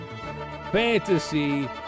Fantasy